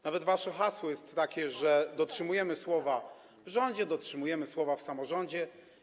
Nawet wasze hasło jest takie: Dotrzymujemy słowa w rządzie, dotrzymujemy słowa w samorządzie.